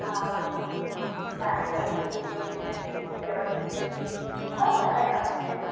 हँ टाइम सँ लोकके दै के है देवर भैसुर सबके बहुत सारा काम रहै है हमरा